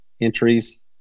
entries